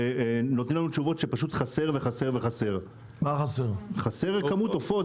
ונותנים לנו תשובות שחסר כמות של עופות,